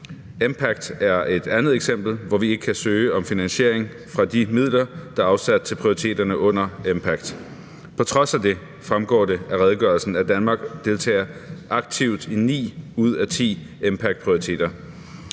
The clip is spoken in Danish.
EMPACT er et andet eksempel: Vi kan ikke søge om finansiering fra de midler, der er afsat til prioriteterne under EMPACT. På trods af det fremgår det af redegørelsen, at Danmark deltager aktivt i ni ud af ti EMPACT-prioriteter.